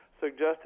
suggested